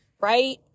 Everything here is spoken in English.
right